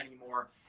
anymore